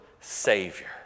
Savior